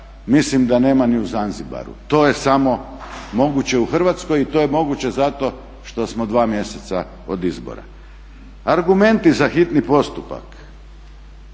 mislim da nema ni u Zanzibaru. To je samo moguće u Hrvatskoj i to je moguće zato što smo dva mjeseca od izbora. Argumenti za hitni postupak,